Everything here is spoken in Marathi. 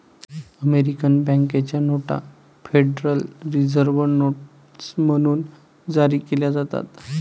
अमेरिकन बँकेच्या नोटा फेडरल रिझर्व्ह नोट्स म्हणून जारी केल्या जातात